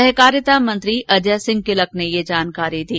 सहकारिता मंत्री अजय सिंह किलक ने ये जानकारी दी